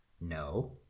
No